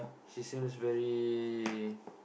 she seems very